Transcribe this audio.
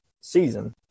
season